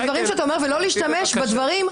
בדיוק.